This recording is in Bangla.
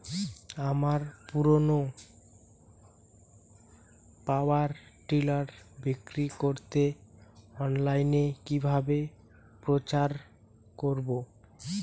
আমার পুরনো পাওয়ার টিলার বিক্রি করাতে অনলাইনে কিভাবে প্রচার করব?